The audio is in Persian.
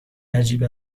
عجیب